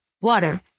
water